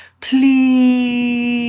Please